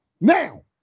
Now